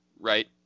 right